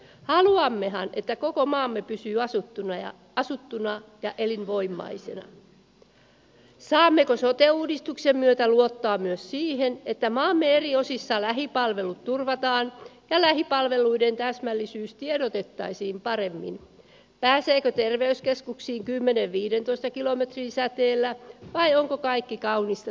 haluamme hän pitää koko maamme pysyy asuttuna ja asuttuna valtiovarainministeriön laskelma sote uudistuksen myötä luottoa myös siihen että maamme eri osissa lähipalvelut turvataan lähipalveluiden täsmällisyys tiedotettaisiin paremmin pääseekö terveyskeskuksiin kymmenen viidentoista kilometrin säteellä vai onko kaikki kauniista